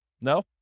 No